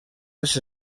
els